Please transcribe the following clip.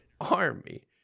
Army